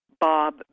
Bob